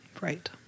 Right